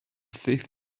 fifth